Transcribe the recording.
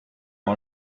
the